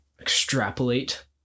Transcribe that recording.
extrapolate